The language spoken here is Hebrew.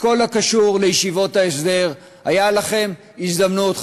בכל הקשור לישיבות ההסדר הייתה להם הזדמנות,